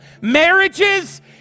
Marriages